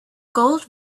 gold